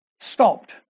stopped